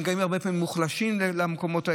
הם גם מגיעים הרבה פעמים מוחלשים למקומות האלה,